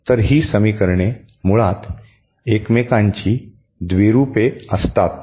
तर ही समीकरणे मुळात एकमेकांची द्विरूपे असतात